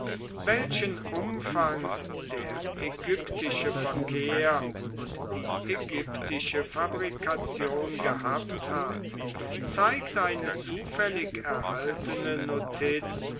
welchen umfang der ägyptische verkehr und die ägyptische fabrikation gehabt hat zeigt eine zufällig erhaltene notiz